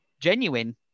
genuine